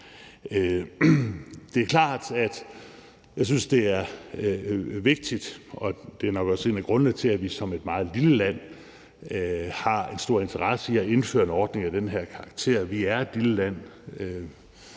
Det er klart, at jeg synes, det er vigtigt, og det er nok også en af grundene til, at vi som et meget lille land har en stor interesse i at indføre en ordning af den her karakter. For vi er et lille land,